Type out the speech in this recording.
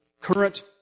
current